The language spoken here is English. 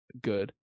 good